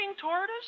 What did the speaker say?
tortoise